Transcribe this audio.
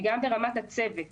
וגם ברמת הצוות